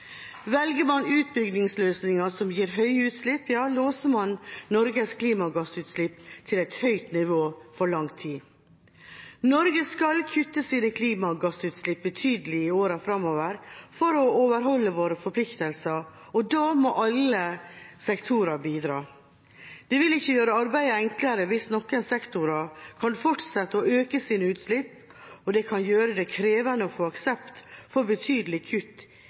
Velger man utbyggingsløsninger som gir høye utslipp, låser man Norges klimagassutslipp til et høyt nivå for lang tid. Norge skal kutte sine klimagassutslipp betydelig i årene framover for å overholde våre forpliktelser, og da må alle sektorer bidra. Det vil ikke gjøre arbeidet enklere hvis noen sektorer kan fortsette å øke sine utslipp, og det kan gjøre det krevende å få aksept for betydelige kutt